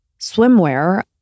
swimwear